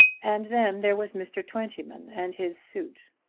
and then there was mr. twentyman and his suit.